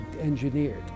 engineered